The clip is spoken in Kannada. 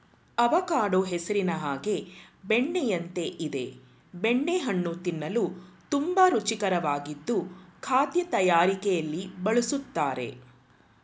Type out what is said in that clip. ಅವಕಾಡೊ ಹೆಸರಿನ ಹಾಗೆ ಬೆಣ್ಣೆಯಂತೆ ಇದೆ ಬೆಣ್ಣೆ ಹಣ್ಣು ತಿನ್ನಲು ತುಂಬಾ ರುಚಿಕರವಾಗಿದ್ದು ಖಾದ್ಯ ತಯಾರಿಕೆಲಿ ಬಳುಸ್ತರೆ